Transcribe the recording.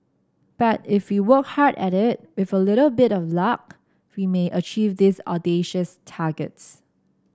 but if we work hard at it with a little bit of luck we may achieve these audacious targets